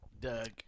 Doug